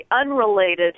unrelated